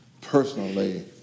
personally